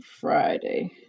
Friday